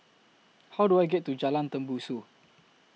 How Do I get to Jalan Tembusu